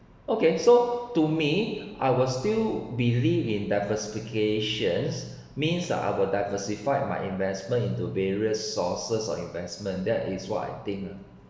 okay so to me I will still believe in diversification means I will diversified my investment into various sources of investment that is what I think